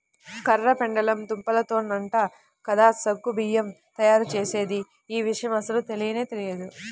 కర్ర పెండలము దుంపతోనేనంట కదా సగ్గు బియ్యం తయ్యారుజేసేది, యీ విషయం అస్సలు తెలియనే తెలియదు